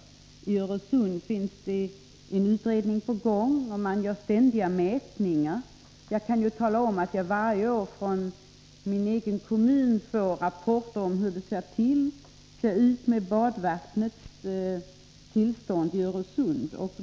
En utredning arbetar med Öresundsfrågan, ständiga mätningar görs. Varje år får jag från min egen kommun rapporter om badvattnets tillstånd i Öresund.